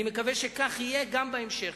אני מקווה שכך יהיה גם בהמשך,